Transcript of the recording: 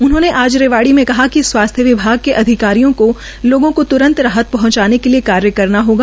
उन्होंने आज रेवाड़ी में कहा कि स्वास्थ्य विभाग के अधिकारियों को लोगों को तुरंत राहत पहुंचाने के लिए कार्य करना होगा